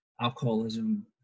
alcoholism